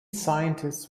scientists